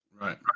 Right